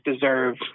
deserve